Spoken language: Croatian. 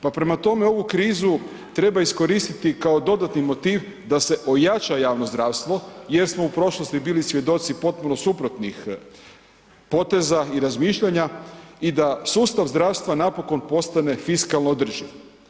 Pa prema tome, ovu krizu treba iskoristiti kao dodatni motiv da se ojača javno zdravstvo jer smo u prošlosti bili svjedoci potpuno suprotnih poteza i razmišljanja i da sustav zdravstva napokon postane fiskalno održiv.